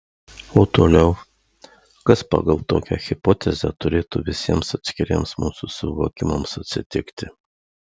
o toliau kas pagal tokią hipotezę turėtų visiems atskiriems mūsų suvokimams atsitikti